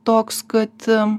toks kad